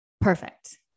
perfect